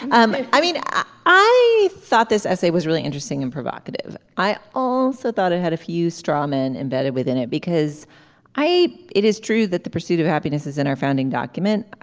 i i mean i i thought this essay was really interesting and provocative i also thought it had a few strawman embedded within it because i it is true that the pursuit of happiness is in our founding document.